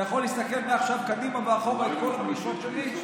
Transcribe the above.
אתה יכול להסתכל מעכשיו קדימה ואחורה על כל הפגישות שלי.